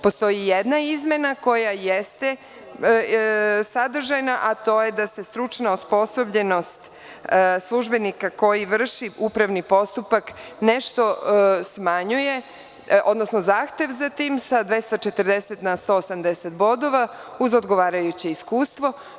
Postoji jedna izmena koja jeste sadržajna, a to je da se stručna osposobljenost službenika koji vrši upravni postupak nešto smanjuje, odnosno zahtev za tim, sa 240 na 180 bodova, uz odgovarajuće iskustvo.